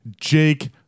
Jake